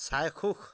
চাক্ষুস